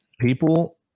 People